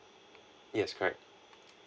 yes correct